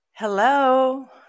Hello